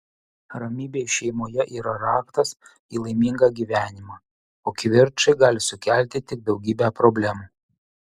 ramybė šeimoje yra raktas į laimingą gyvenimą o kivirčai gali sukelti tik daugybę problemų